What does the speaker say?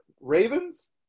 Ravens